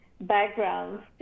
backgrounds